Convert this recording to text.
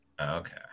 Okay